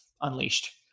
unleashed